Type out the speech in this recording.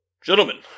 Gentlemen